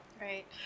Right